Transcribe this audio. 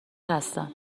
هستم